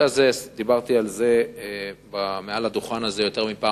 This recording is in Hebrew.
דיברתי על זה מעל הדוכן הזה יותר מפעם